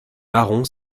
marron